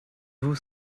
vous